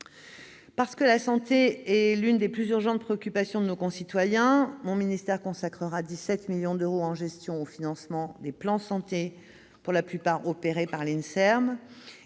Parce que la santé est l'une des plus urgentes préoccupations de nos concitoyens, mon ministère consacrera 17 millions d'euros en gestion au financement des plans Santé, qui sont, pour la plupart, menés par l'Institut